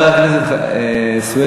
חבר הכנסת סוייד,